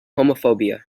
homophobia